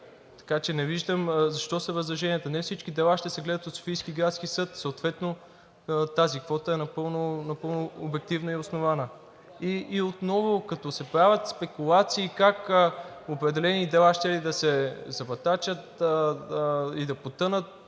така че не виждам защо са възраженията. Не всички дела ще се гледат от Софийския градски съд, съответно тази квота е напълно обективна и основателна. И отново, като се правят спекулации как определени дела щели да се забатачат и да потънат,